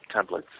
templates